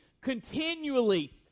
continually